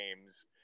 games